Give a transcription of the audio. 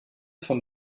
von